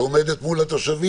היא שעומדת מול התושבים.